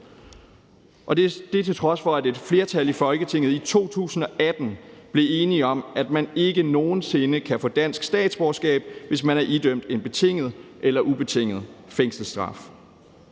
det er, til trods for at et flertal i Folketinget i 2018 blev enige om, at man ikke nogen sinde kan få dansk statsborgerskab, hvis man er idømt en betinget eller ubetinget fængselsstraf.